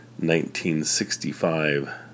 1965